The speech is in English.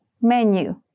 Menu